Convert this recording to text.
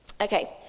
Okay